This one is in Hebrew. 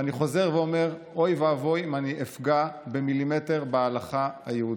ואני חוזר ואומר: אוי ואבוי אם אני אפגע במילימטר בהלכה היהודית.